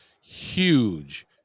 huge